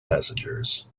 passengers